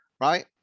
right